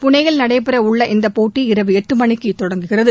புனேயில் நடைபெற உள்ள இந்தப் போட்டி இரவு எட்டு மணிக்குத் தொடங்குகிறது